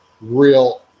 real